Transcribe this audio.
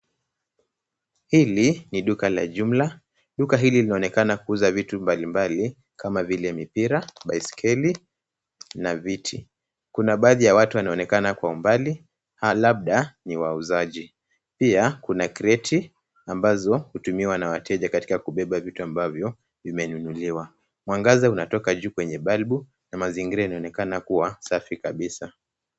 Hili ni duka la jumla. Duka hili linaonekana kuuza vitu mbalimbali kama vile mipira, baiskeli na viti. Kuna baadhi ya watu wanaonekana kwa umbali, labda ni wauzaji. Pia, kuna kreti ambazo hutumiwa na wateja katika kubeba vitu ambavyo vimenunuliwa. Mwangaza unatoka juu kwenye balbu na mazingira inaonekana kua safi kabisa.